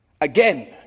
again